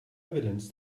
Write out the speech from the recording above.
evidence